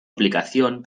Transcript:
aplicación